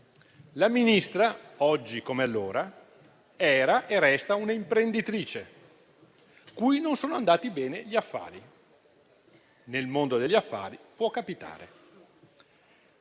La Ministra, oggi come allora, era e resta un'imprenditrice cui non sono andati bene gli affari (cosa che nel mondo degli affari può capitare),